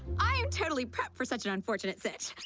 i am totally prepped for such an unfortunate fish